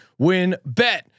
Winbet